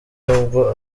nubwo